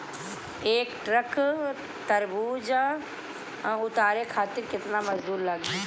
एक ट्रक तरबूजा उतारे खातीर कितना मजदुर लागी?